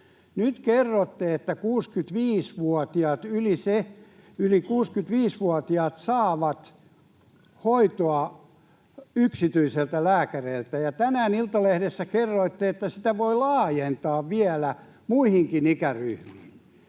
Nyt kerrotte, että yli 65-vuotiaat saavat hoitoa yksityisiltä lääkäreiltä, ja tänään Iltalehdessä kerroitte, että sitä voi laajentaa vielä muihinkin ikäryhmiin.